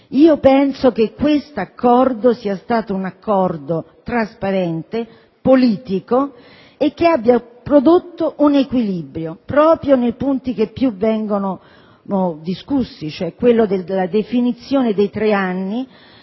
Penso che questo accordo sia stato trasparente, politico e abbia prodotto un equilibrio proprio nei punti che più vengono discussi, cioè quello della definizione dei tre anni